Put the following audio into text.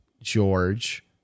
George